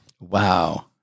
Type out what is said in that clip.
wow